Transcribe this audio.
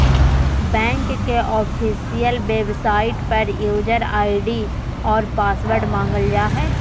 bank के official website पर user ID और पासवर्ड मांगल जा हइ